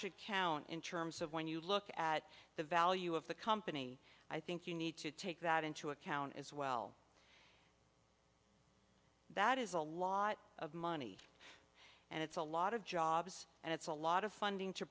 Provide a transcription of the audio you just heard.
should count in terms of when you look at the value of the company i think you need to take that into account as well that is a lot of money and it's a lot of jobs and it's a lot of funding to